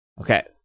Okay